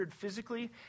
physically